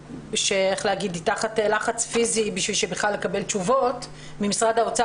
שהיא תחת לחץ פיזי בשביל בכלל לקבל תשובות ממשרד האוצר.